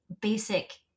basic